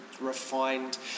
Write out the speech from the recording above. refined